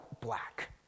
black